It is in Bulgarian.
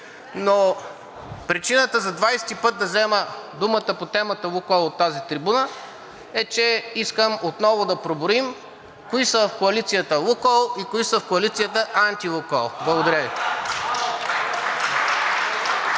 но причината за двадесети път да взема думата по темата „Лукойл“ от тази трибуна е, че искам отново да преброим кои са коалицията „Лукойл“ и кои са коалицията анти „Лукойл“. Благодаря Ви.